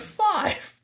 five